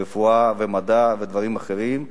רפואה, מדע ודברים אחרים.